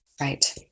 Right